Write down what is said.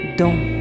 dont